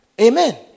Amen